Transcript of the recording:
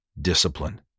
Discipline